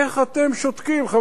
חבר הכנסת פיניאן,